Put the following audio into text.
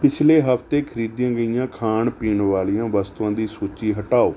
ਪਿਛਲੇ ਹਫ਼ਤੇ ਖਰੀਦੀਆਂ ਗਈਆਂ ਖਾਣ ਪੀਣ ਵਾਲੀਆਂ ਵਸਤੂਆਂ ਦੀ ਸੂਚੀ ਹਟਾਓ